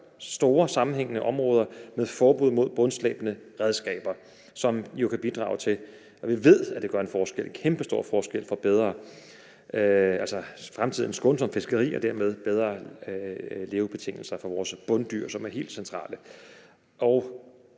store sammenhængende områder med forbud mod bundslæbende redskaber, som jo kan bidrage til, og det ved vi at det gør, at gøre en kæmpestor forskel for fremtidens skånsomme fiskeri og dermed give bedre livsbetingelser for vores bunddyr, som er helt centrale.